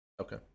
Okay